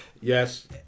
yes